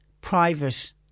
private